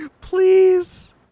Please